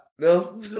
No